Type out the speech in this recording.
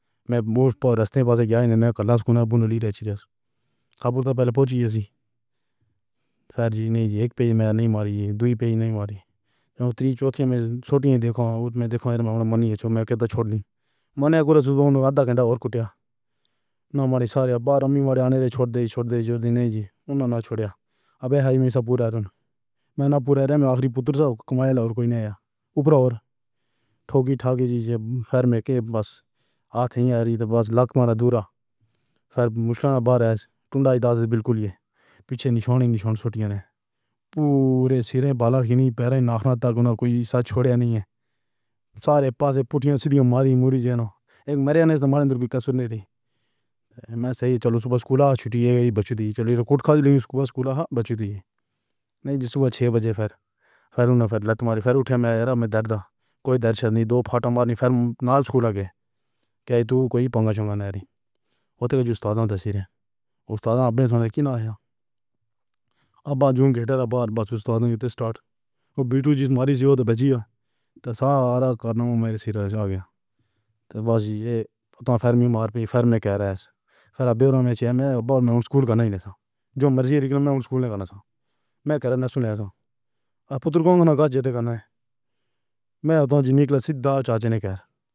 میں راستے ہی کلاس کونڈا بنیری رہی ہے۔ خبر تھا پہلے پہنچی ہے تھا۔ نہیں ایک بھی نہیں ماری۔ دوئی بھی نہیں ماری۔ تین چوتھی چھوٹی دیکھو میں دیکھو میں کہتا چھوڑ دی۔ منے کو آدھا گھنٹہ اور کٹیا۔ نہ ماری سارے بار ماری آنے چھوڑ دے۔ چھوڑ دے۔ جوڑی نہیں جی نا چھوڑے ہیں۔ اب ہائیوے سے پورا رون میں نہ پورا آخری پتر کمایا اور کوئی نہیں ہے۔ اوپر اور ٹھوکر ٹھاکر جیسے پھیر میں بس آتے ہی آ رہی تو بس لک مارا دور۔ پھر مشکل سے باہر ٹنڈا بالکل۔ پیچھے نشانی نشان چھوٹی ہے۔ پورے سرے بال۔ کہیں پیروں ناخنوں تک کوئی سچ چھوڑا نہیں۔ سارے پاس پوتیاں سیدھی ماری موری جانو۔ ایک مرے نے مارا۔ درگ کسر نہیں۔ میں صحیح۔ چلو صبح سکول چھٹّی کی۔ بچے بھی چلو۔ ریکارڈ کھا لے۔ صبح سکول۔ بچے نہیں۔ جیسے چھ بجے پھر فرمایا۔ پھر اٹھایا میرا درد۔ کوئی درد نہیں۔ دو فوٹو ماری پھر نہ۔ سکول کے کہیں تو کوئی پنگا نہیں ہوتا۔ استاد سرے استاد ابھی سنا تھا کہ نہ آیا۔ اب جو گٹار بار بس استاد سٹارٹ بیٹو جس دن۔ تو بچہ سارا کام میرے سرے پر آ گیا۔ بس یہی ہماری فرم کا رہا ہے۔ پر اب میں بولوں میں سکول کا نہیں رہا جو مرضی لیکن میں سکول۔ مکر سانکرانتی پر ان کا گھر جا کر میں تم سے نکلا سیدھا۔ چاچی نے کہا۔